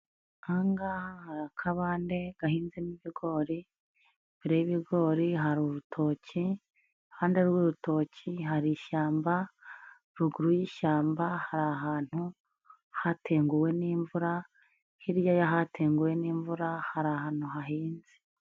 Ahangaha hari akabande, gahinzemo ibigori, imbere y'ibigori hari urutoki, iruhande rw'urutoki hari ishyamba, ruguru y'ishyamba, hari ahantu hatenguwe n'imvura, hirya y'ahatenguwe n'imvura, hari ahantu hahinze.